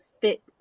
fit